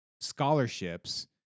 scholarships